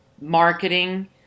marketing